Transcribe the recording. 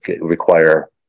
require